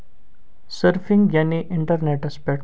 surfing یعنے اِنٹرنٮ۪ٹَس پٮ۪ٹھ